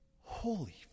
holy